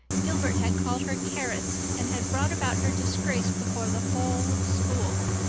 gilbert had called her carrots and had brought about her disgrace before the whole school.